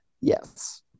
yes